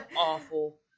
awful